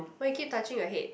why you keep touching your head